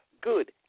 good